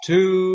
Two